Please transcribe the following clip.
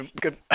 Good